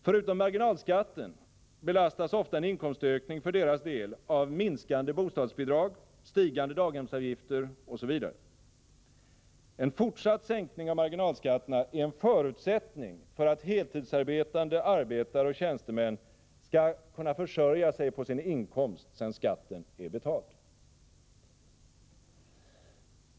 Förutom marginalskatten belastas ofta en inkomstökning för deras del av minskande bostadsbidrag, stigande daghemsavgifter m.m. En fortsatt sänkning av marginalskatterna är en förutsättning för att heltidsarbetande arbetare och tjänstemän skall kunna försörja sig på sin inkomst sedan skatten är betald.